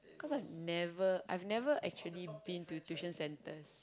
cause I never I've never actually been to tuition centers